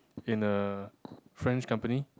in a French company